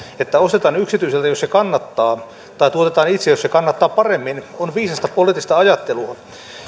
että ostetaan yksityiseltä jos se kannattaa tai tuotetaan itse jos se kannattaa paremmin on viisasta poliittista ajattelua